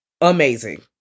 Amazing